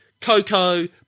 Coco